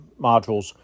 modules